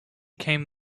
came